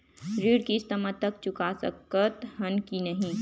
ऋण किस्त मा तक चुका सकत हन कि नहीं?